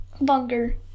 bunker